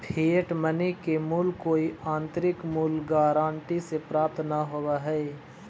fiat money के मूल्य कोई आंतरिक मूल्य गारंटी से प्राप्त न होवऽ हई